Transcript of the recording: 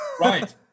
Right